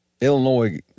Illinois